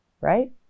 right